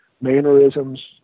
mannerisms